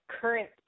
current